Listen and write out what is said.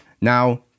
now